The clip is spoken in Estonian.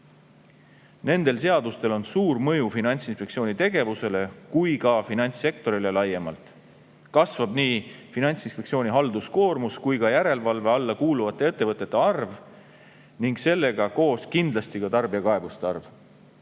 Nendel seadustel on suur mõju nii Finantsinspektsiooni tegevusele kui ka finantssektorile laiemalt. Kasvab nii Finantsinspektsiooni halduskoormus kui ka järelevalve alla kuuluvate ettevõtete arv ning sellega koos kindlasti ka tarbijakaebuste arv.